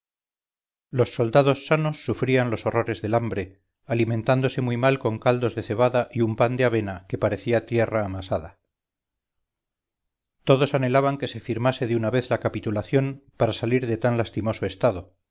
los soldados sanos sufrían los horrores del hambre alimentándose muy mal con caldos de cebada y un pan de avena que parecía tierra amasada todos anhelaban que se firmase de una vez la capitulación para salir de tan lastimoso estado